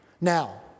Now